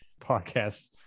podcast